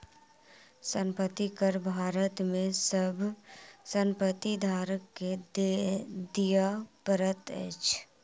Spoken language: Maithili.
संपत्ति कर भारत में सभ संपत्ति धारक के दिअ पड़ैत अछि